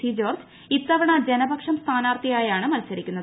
C George ഇത്തവണ ജനപക്ഷം സ്ഥാനാർത്ഥിയായാണ് മൽസരിക്കുന്നത്